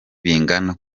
bingana